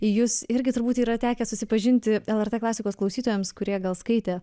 į jus irgi turbūt yra tekę susipažinti lrt klasikos klausytojams kurie gal skaitė